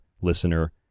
listener